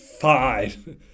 fine